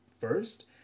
First